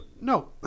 No